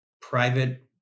private